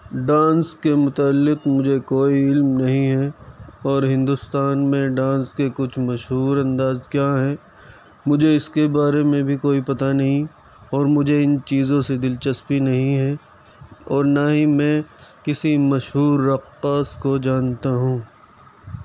dance کے متعلق مجھے کوئی علم نہیں ہے اور ہندوستان میں ڈانس کے کچھ مشہور انداز کیا ہیں مجھے اِس کے بارے میں بھی کوئی پتہ نہیں اور مجھے اِن چیزوں سے دلچسپی نہیں ہے اور نہ ہی میں کسی مشہور رقاص کو جانتا ہوں